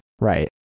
Right